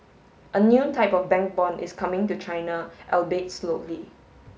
a new type of bank bond is coming to China albeit slowly